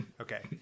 Okay